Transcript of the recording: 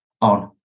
on